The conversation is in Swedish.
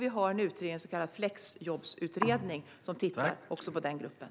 Vi har en utredning - en så kallad flexjobbsutredning - som tittar på den gruppen.